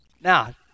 Now